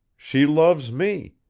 she loves me.